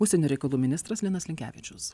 užsienio reikalų ministras linas linkevičius